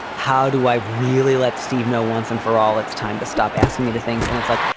how do i really let steve know once and for all it's time to stop asking me to things. and it's like,